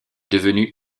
devenue